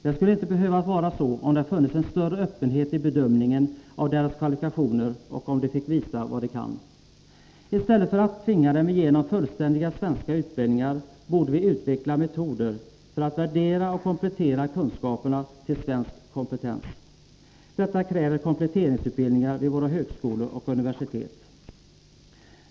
Det skulle inte behöva vara så, om det funnits en större öppenhet i bedömningen av deras kvalifikationer och om de fick visa vad de kan. I stället för att tvinga dem igenom fullständiga svenska utbildningar borde vi utveckla metoder för att värdera och komplettera kunskaperna till svensk kompetens. Detta kräver kompletteringsutbildningar vid våra högskolor och universitet.